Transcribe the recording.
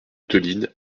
theline